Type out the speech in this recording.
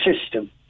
system